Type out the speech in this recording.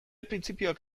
printzipioak